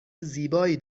زیبایی